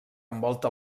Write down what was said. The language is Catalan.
envolta